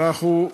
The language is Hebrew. המשלוחים,